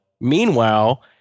meanwhile